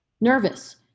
nervous